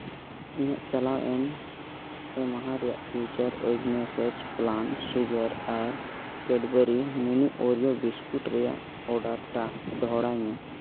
ᱤᱧᱟᱹᱜ ᱪᱟᱞᱟᱣᱮᱱ ᱯᱮ ᱢᱟᱦᱟ ᱨᱮᱭᱟᱜ ᱯᱷᱤᱭᱩᱪᱟᱨ ᱚᱨᱜᱟᱱᱤᱠᱥ ᱯᱞᱟᱢ ᱥᱩᱜᱟᱨ ᱟᱨ ᱠᱮᱰᱵᱮᱨᱤ ᱢᱤᱱᱤ ᱳᱨᱮᱭᱳ ᱵᱤᱥᱠᱩᱴ ᱨᱮᱭᱟᱜ ᱚᱰᱟᱨ ᱴᱟᱜ ᱫᱚᱦᱚᱲᱟᱭ ᱢᱮ